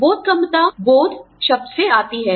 बोधगम्यता बोध शब्द से आती है